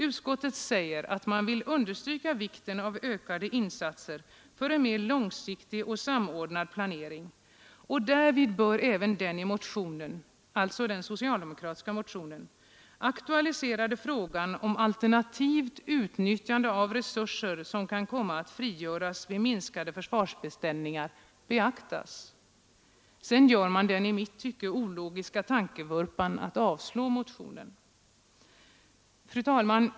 Vidare säger man: ”Utskottet vill understryka vikten av ökade insatser för en mer långsiktig och samordnad planering. Därvid bör även den i motionen aktualiserade frågan om alternativt utnyttjande av resurser som kan komma att frigöras vid minskade försvarsbeställningar beaktas.” Men sedan gör utskottet den i mitt tycke ologiska tankevurpan att avstyrka motionerna 1533 och 1534. Fru talman!